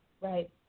Right